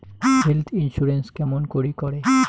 Health insurance কেমন করি করে?